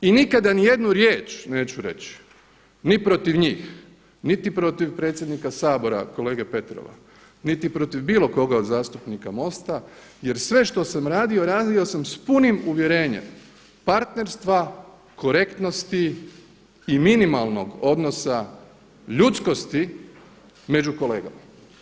I nikada niti jednu riječ neću reći ni protiv njih, niti protiv predsjednika Sabora kolege Petrova, niti protiv bilo koga od zastupnika MOST-a jer sve što sam radio radio sam sa punim uvjerenjem partnerstva, korektnosti i minimalnog odnosa ljudskosti među kolegama.